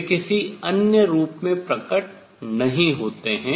वे किसी अन्य रूप में प्रकट नहीं होते हैं